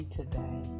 today